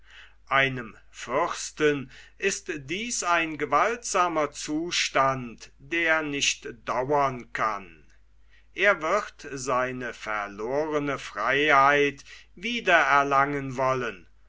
einem fürsten ist dies ein gewaltsamer zustand der nicht dauern kann er wird seine verlorene freiheit wiedererlangen wollen